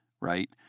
right